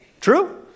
True